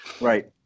right